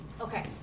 Okay